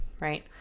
Right